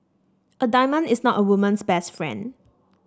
a diamond is not a woman's best friend